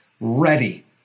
ready